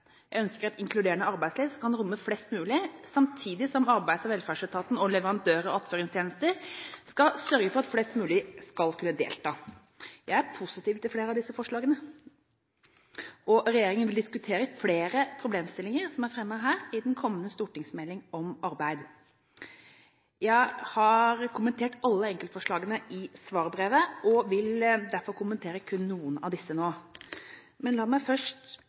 Jeg ønsker et inkluderende arbeidsliv som kan romme flest mulig, samtidig som Arbeids- og velferdsetaten og leverandører av attføringstjenester skal sørge for at flest mulig skal kunne delta. Jeg er positiv til flere av disse forslagene, og regjeringen vil diskutere flere problemstillinger som er fremmet her, i den kommende stortingsmelding om arbeid. Jeg har kommentert alle enkeltforslagene i svarbrevet og vil derfor kommentere kun noen av disse nå. Men la meg først